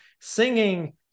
singing